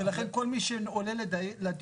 ולכן כל מי שעולה לדיון,